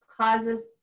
causes